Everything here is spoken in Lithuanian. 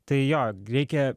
tai jo reikia